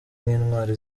nk’intwari